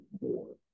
more